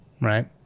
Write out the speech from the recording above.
right